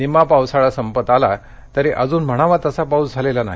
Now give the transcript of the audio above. निम्मा पावसाळा संपत आला तरी अजून म्हणावा तसा पाऊस झालेला नाही